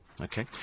Okay